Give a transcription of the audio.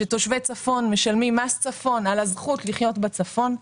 שתושבי צפון משלמים מס צפון על הזכות לחיות בצפון.